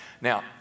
Now